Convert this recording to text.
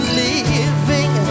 living